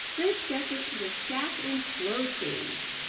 this gets us to the stack and closes phase,